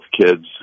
kids